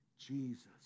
Jesus